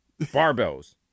barbells